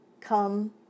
come